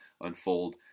unfold